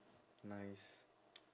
nice